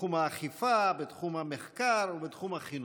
בתחום האכיפה, בתחום המחקר ובתחום החינוך.